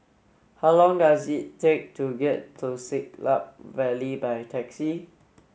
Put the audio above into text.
how long does it take to get to Siglap Valley by taxi